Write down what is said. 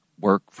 work